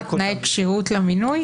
תנאי כשירות למינוי?